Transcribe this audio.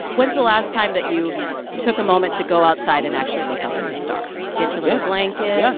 when's the last time that you took a moment to go outside and actually look up at the stars? get your little blanket,